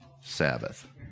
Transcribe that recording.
Sabbath